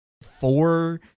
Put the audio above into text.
four